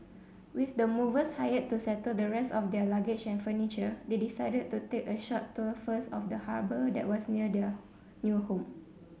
with the movers hired to settle the rest of their luggage and furniture they decided to take a short tour first of the harbour that was near their new home